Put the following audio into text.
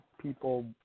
people